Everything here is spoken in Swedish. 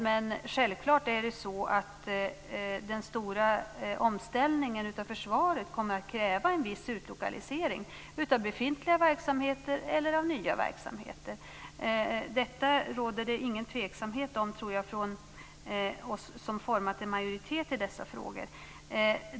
Men självklart är det så att den stora omställningen av försvaret kommer att kräva en viss utlokalisering, av befintliga verksamheter eller av nya verksamheter. Om detta tror jag inte att det råder någon tveksamhet från oss som har format en majoritet i dessa frågor.